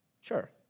sure